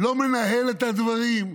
ולא מנהל את הדברים.